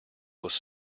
was